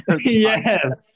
yes